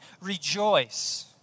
rejoice